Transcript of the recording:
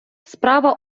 справа